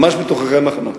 ממש בתוככי המחנות.